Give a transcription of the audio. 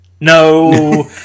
No